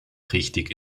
richtig